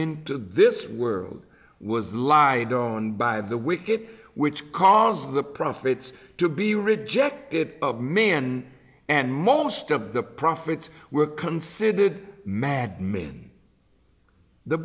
into this world was lived on by the wicked which caused the profits to be rejected of men and most of the profits were considered mad men the